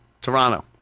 Toronto